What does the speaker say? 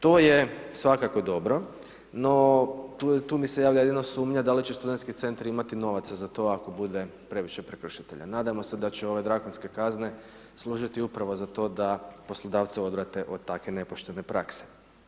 To je svakako dobro, no tu mi se javlja jedino sumnja da li će studentski centar imati novaca za to ako bude previše prekršitelja, nadamo se da će ove drakonske kazne služiti upravo za to da poslodavce odvrate od takve nepoštene prakse.